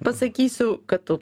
pasakysiu kad tu